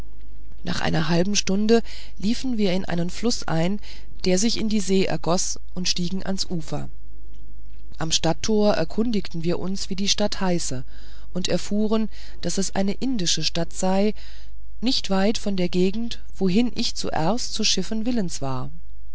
nach einer halben stunde liefen wir in einen fluß ein der sich in die see ergoß und stiegen ans ufer im stadttor erkundigten wir uns wie die stadt heiße und erfuhren daß es eine indische stadt sei nicht weit von der gegend wohin ich zuerst zu schiffen willens war